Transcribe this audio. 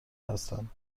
هستند